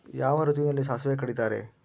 ಯಾವ ಋತುವಿನಲ್ಲಿ ಸಾಸಿವೆ ಕಡಿತಾರೆ?